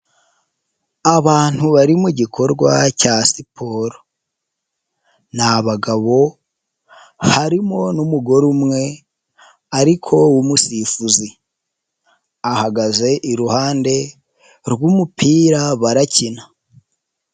Abantu bari mu gikorwa cya siporo, n'abagabo, harimo n'umugore umwe ariko w'umusifuzi, ahagaze iruhande rw'umupira barakina.